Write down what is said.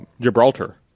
Gibraltar